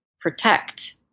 protect